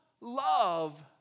love